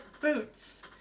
boots